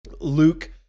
Luke